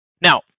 Now